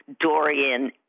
Dorian